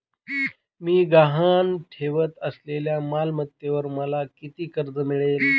मी गहाण ठेवत असलेल्या मालमत्तेवर मला किती कर्ज मिळेल?